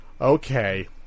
okay